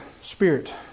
spirit